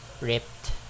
ripped